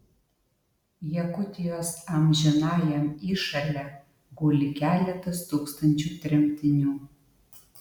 jakutijos amžinajam įšale guli keletas tūkstančių tremtinių